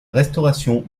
restauration